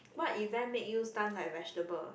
what event make you stun like vegetable